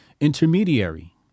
intermediary